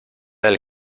del